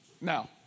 Now